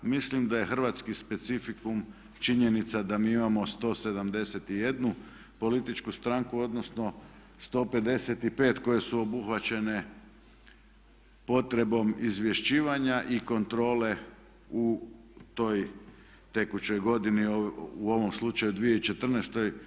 Mislim da je hrvatski specifikum činjenica da mi imamo 171 političku stranku odnosno 155 koje su obuhvaćene potrebom izvješćivanja i kontrole u toj tekućoj godini, u ovom slučaju 2014.